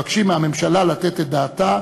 שופט בית-המשפט העליון,